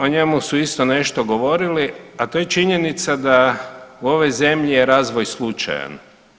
O njemu su isto nešto govorili, a to je činjenica da u ovoj zemlji je razvoj slučajan.